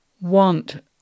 want